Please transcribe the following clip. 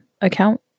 account